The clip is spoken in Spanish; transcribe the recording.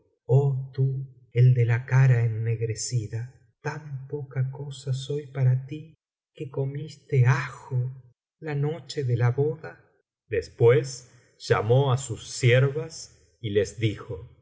el de la cara ennegrecida tan poca cosa soy para ti que comiste ajo la noche de la boda después llamó á sus siervas y les dijo